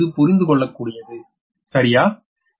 எனவே இது புரிந்துகொள்ளக்கூடியது சரியா